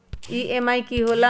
EMI की होला?